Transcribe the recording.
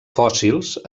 fòssils